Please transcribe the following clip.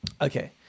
Okay